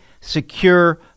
secure